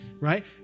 right